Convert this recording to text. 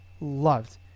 loved